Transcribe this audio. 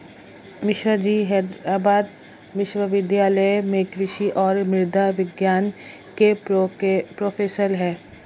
मिश्राजी हैदराबाद विश्वविद्यालय में कृषि और मृदा विज्ञान के प्रोफेसर हैं